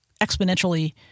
exponentially